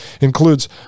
includes